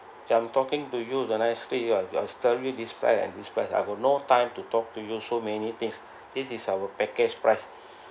ya I'm talking to you the nicely I was telling this is price is this price I was no time to talk to you so many things this is our package price